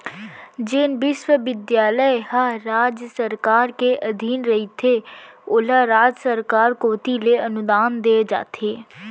जेन बिस्वबिद्यालय ह राज सरकार के अधीन रहिथे ओला राज सरकार कोती ले अनुदान देय जाथे